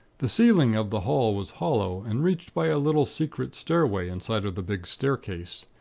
the ceiling of the hall was hollow, and reached by a little secret stairway inside of the big staircase.